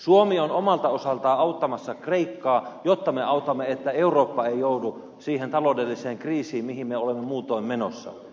suomi on omalta osaltaan auttamassa kreikkaa jotta me autamme että eurooppa ei joudu siihen taloudelliseen kriisiin mihin me olemme muutoin menossa